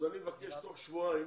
אני מבקש שתוך שבועיים